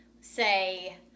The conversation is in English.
say